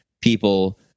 people